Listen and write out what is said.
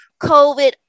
COVID